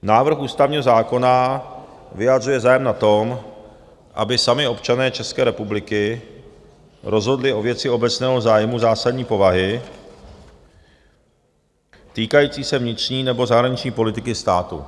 Návrh ústavního zákona vyjadřuje zájem na tom, aby sami občané České republiky rozhodli o věci obecného zájmu zásadní povahy týkající se vnitřní nebo zahraniční politiky státu.